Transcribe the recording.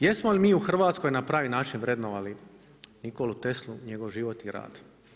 Jesmo li mi u Hrvatskoj na pravi način vrednovali Nikolu Teslu, njegov život i rad?